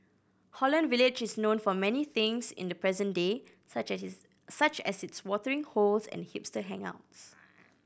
Holland Village is known for many things in the present day such as such as its watering holes and hipster hangouts